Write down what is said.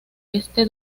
este